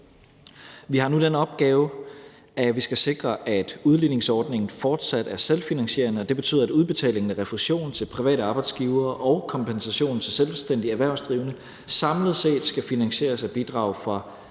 Vi har nu den opgave, at vi skal sikre, at udligningsordningen fortsat er selvfinansierende, og det betyder, at udbetalingen af refusion til private arbejdsgivere og kompensation til selvstændigt erhvervsdrivende samlet set skal finansieres af bidrag fra,